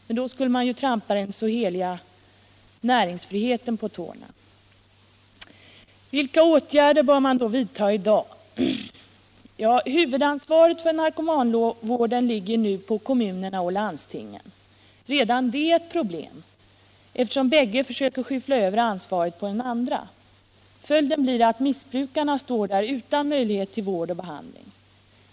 Men då skulle man ju trampa den så heliga näringsfriheten på tårna. Vilka åtgärder bör man då vidta i dag? Huvudansvaret för narko I manvården ligger nu på kommunerna och landstingen. Redan det är ett — Vissa alkoholoch problem, eftersom båda dessa parter försöker skyffla över ansvaret på = narkotikafrågor den andra. Följden blir att missbrukarna står där utan möjlighet till vård och behandling.